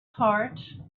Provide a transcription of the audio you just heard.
heart